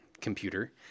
computer